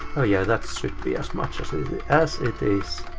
oh yeah, that should be as much as as it is.